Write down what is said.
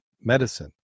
medicine